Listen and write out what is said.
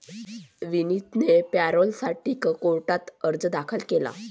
विनीतने पॅरोलसाठी कोर्टात अर्ज दाखल केला